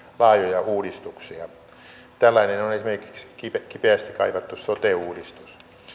laajoja uudistuksia tällainen on esimerkiksi kipeästi kaivattu sote uudistus